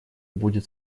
будет